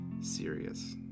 serious